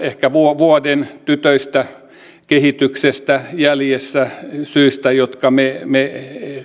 ehkä vuoden vuoden tytöistä kehityksessä jäljessä syistä jotka me me